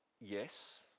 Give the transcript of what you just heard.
yes